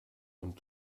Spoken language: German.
und